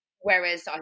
whereas